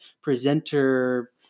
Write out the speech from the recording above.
presenter